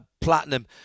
platinum